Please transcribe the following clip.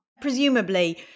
Presumably